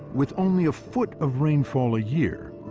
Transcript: with only a foot of rainfall a year,